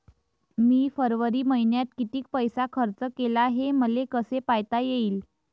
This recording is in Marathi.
मी फरवरी मईन्यात कितीक पैसा खर्च केला, हे मले कसे पायता येईल?